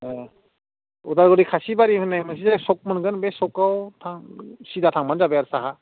उदालगुरि खासिबारि होननाय मोनसे सख मोनगोन बे सखआव थां सिदा थांब्लानो जाबाय आरो साहा